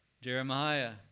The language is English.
Jeremiah